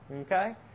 Okay